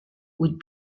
would